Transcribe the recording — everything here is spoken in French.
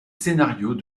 scénarios